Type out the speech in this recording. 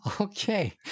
okay